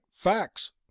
Facts